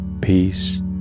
peace